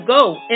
go